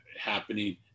happening